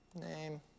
Name